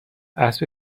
اسب